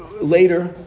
later